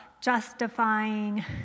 justifying